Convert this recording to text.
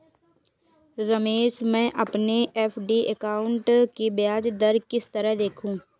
रमेश मैं अपने FD account की ब्याज दर किस तरह देखूं?